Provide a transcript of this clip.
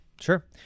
sure